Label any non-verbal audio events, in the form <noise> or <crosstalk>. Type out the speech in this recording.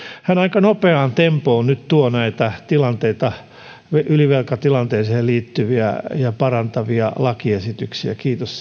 hän aika nopeaan tempoon nyt tuo näitä ylivelkatilanteeseen liittyviä ja sitä parantavia lakiesityksiä kiitos <unintelligible>